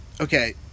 okay